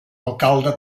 alcalde